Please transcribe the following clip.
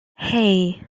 hey